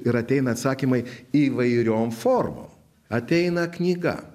ir ateina atsakymai įvairiom formom ateina knyga